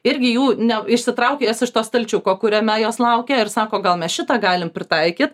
irgi jų ne išsitraukė jas iš to stalčiuko kuriame jos laukė ir sako gal mes šitą galim pritaikyt